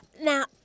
Now